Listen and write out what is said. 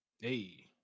Hey